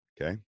Okay